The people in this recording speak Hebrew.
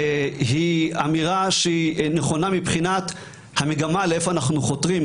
היא אמירה שהיא נכונה מבחינת המגמה שלכיוונה אנחנו חותרים,